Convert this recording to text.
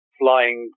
flying